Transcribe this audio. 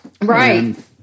Right